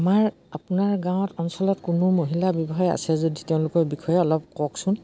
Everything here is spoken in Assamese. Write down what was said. আমাৰ আপোনাৰ গাঁৱত অঞ্চলত কোনো মহিলা ব্যৱসায় আছে যদি তেওঁলোকৰ বিষয়ে অলপ কওকচোন